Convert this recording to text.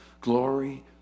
glory